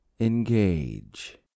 Engage